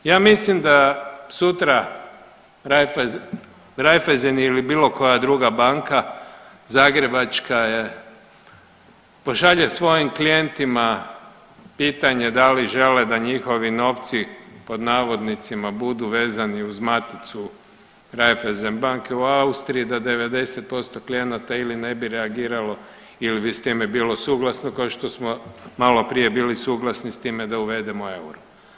Ja mislim da sutra Raiffeisen ili bilo koja druga banka Zagrebačka je pošalje svojim klijentima pitanje da li žele da „njihovi novci“ budu vezani uz maticu Raiffeisen banke u Austriji da 90% klijenata ili ne bi reagiralo ili bi s time bilo suglasno kao što smo maloprije bili suglasni s time da uvedemo euro.